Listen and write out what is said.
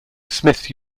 smith